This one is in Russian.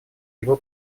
его